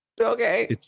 okay